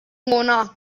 monarch